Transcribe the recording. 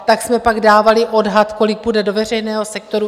Tak jsme pak dávali odhad, kolik půjde do veřejného sektoru.